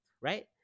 right